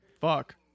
fuck